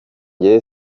jye